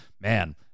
man